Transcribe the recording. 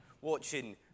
watching